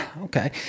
Okay